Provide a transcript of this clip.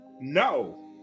No